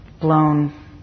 blown